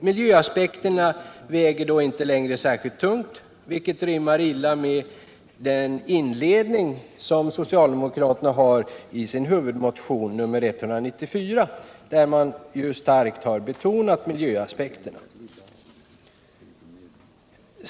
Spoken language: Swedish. Miljöaspekterna väger då inte längre särskilt tungt, vilket rimmar illa med inledningen till socialdemokraternas huvudmotion nr 194, där miljöaspekterna starkt har betonats.